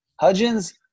Hudgens